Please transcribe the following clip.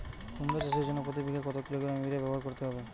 কুমড়ো চাষের জন্য প্রতি বিঘা কত কিলোগ্রাম ইউরিয়া ব্যবহার করতে হবে?